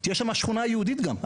יש שם שכונה יהודית גם.